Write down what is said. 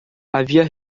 havia